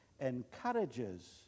encourages